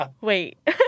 Wait